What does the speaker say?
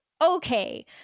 Okay